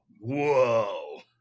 whoa